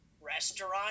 restaurant